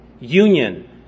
union